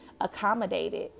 accommodated